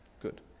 Good